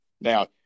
Now